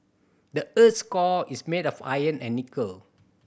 the earth's core is made of iron and nickel